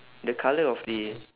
the colour of the